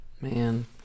Man